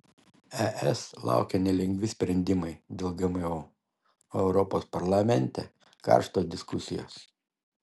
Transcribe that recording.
es laukia nelengvi sprendimai dėl gmo o europos parlamente karštos diskusijos